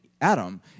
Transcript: Adam